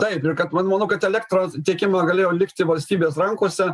taip ir kad man manau kad elektros tiekimą galėjo likti valstybės rankose